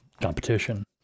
competition